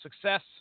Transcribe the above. success